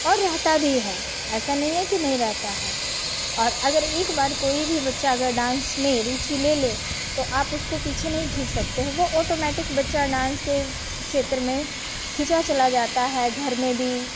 और रहता भी है ऐसा नहीं है कि नहीं रहता है और अगर एक बार कोई भी बच्चा अगर डान्स में रुचि ले ले तो आप उसको पीछे नहीं खींच सकते हैं वह ऑटोमैटिक बच्चा डान्स के क्षेत्र में खिंचा चला जाता है घर में भी